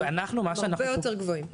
אלא שהנתונים האמיתיים הרבה יותר גבוהים.